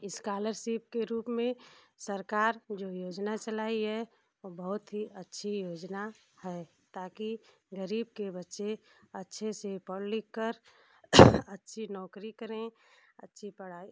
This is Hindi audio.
इस्कालरसिप के रूप में सरकार जो योजना चलाई है वो बहुत ही अच्छी योजना है ताकि गरीब के बच्चे अच्छे से पढ़ लिखकर अच्छी नौकरी करें अच्छी पढ़ाई